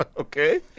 Okay